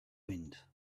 wind